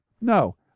no